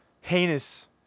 heinous